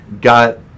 got